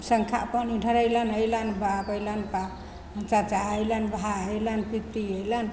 शन्खा पानी ढरेलनि अएलनि बाप अएलनि बा चाचा अएलनि भाइ अएलनि पित्ती अएलनि